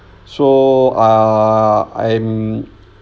so uh I'm